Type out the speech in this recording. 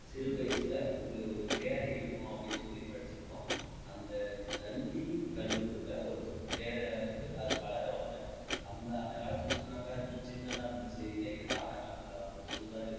சிறு வயசில் உள்ள ஒரு தேரை இருக்கும் அப்படின்னு சொல்லி படித்திருக்கோம் அந்த நந்தி கல்லுக்குள்ளே ஒரு தேரை வந்து அது வளர வளர அந்த அந்தக் காலத்தில் சொன்னாங்க அதலாம் சின்னதாக இருந்துச்சு இதே எங்கள் தாத்தா காலத்தில் அவர் சொல்லுவார்